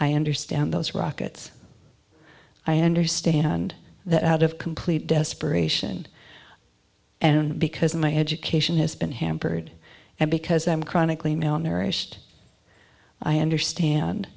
i understand those rockets i understand that out of complete desperation i don't because my education has been hampered and because i'm chronically malnourished i understand